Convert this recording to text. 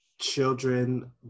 children